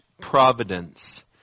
providence